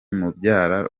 mubyara